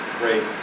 great